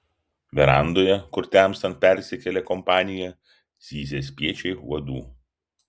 verandoje kur temstant persikėlė kompanija zyzė spiečiai uodų